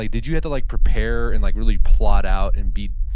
like did you have to like prepare and like really plot out and be,